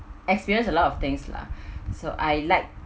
experience a lot of things lah so I like